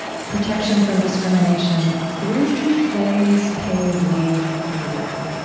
protection from discrimination, three days paid leave per year.